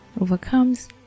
overcomes